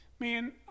Man